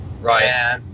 Right